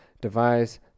devise